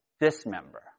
dismember